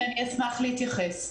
אשמח להתייחס.